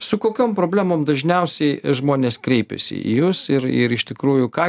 su kokiom problemom dažniausiai žmonės kreipiasi į jus ir ir iš tikrųjų ką